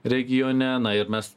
regione na ir mes